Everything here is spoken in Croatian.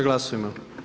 Glasujmo.